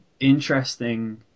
interesting